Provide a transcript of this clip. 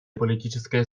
политическое